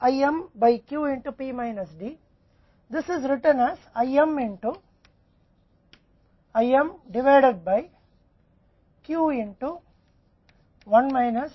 तोहमारे पास s 2 Cs ½ s Cs s 2 Cs t1 t4 T जो कि P s Q P D है